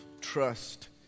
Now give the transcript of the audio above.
trust